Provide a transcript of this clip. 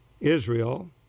Israel